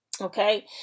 Okay